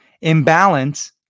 Imbalance